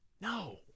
No